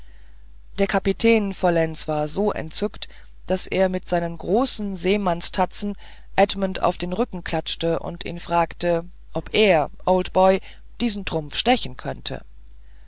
der kapitän vollends war so entzückt daß er mit seinen großen seemannstatzen edmund auf den rücken klatschte und ihn fragte ob er old boy diesen trumpf stechen könnte